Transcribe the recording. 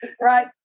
right